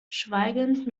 schweigend